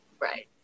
Right